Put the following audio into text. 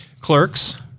Clerks